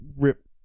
rip